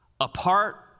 Apart